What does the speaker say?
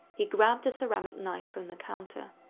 he grabbed a ceramic knife from the counter.